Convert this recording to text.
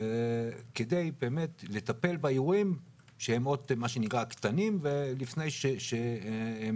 כדי באמת לטפל באירועים כשהם עוד קטנים לפני שהם